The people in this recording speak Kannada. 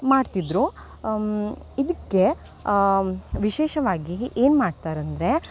ಮಾಡ್ತಿದ್ದರು ಇದಕ್ಕೆ ವಿಶೇಷವಾಗಿ ಏನು ಮಾಡ್ತಾರಂದರೆ